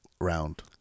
round